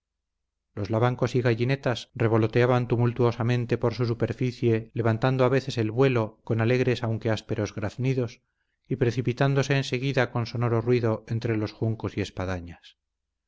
los lavancos y gallinetas revoloteaban tumultuosamente por su superficie levantando a veces el vuelo con alegres aunque ásperos graznidos y precipitándose enseguida con sonoro ruido entre los juncos y espadañas